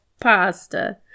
pasta